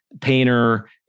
painter